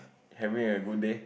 having a good day